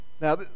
now